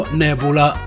nebula